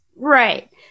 Right